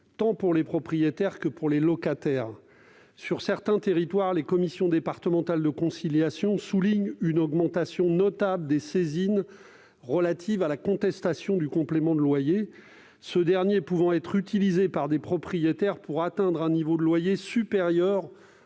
tant pour les propriétaires que pour les locataires. Dans certains territoires, les commissions départementales de conciliation soulignent une augmentation notable des saisines relatives à la contestation du complément de loyer. Ce dernier peut en effet être utilisé par les propriétaires pour atteindre un niveau de loyer supérieur